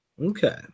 Okay